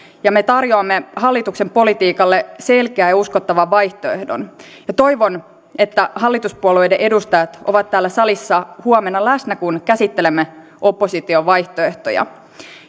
ja me tarjoamme hallituksen politiikalle selkeän ja uskottavan vaihtoehdon toivon että hallituspuolueiden edustajat ovat täällä salissa huomenna läsnä kun käsittelemme opposition vaihtoehtoja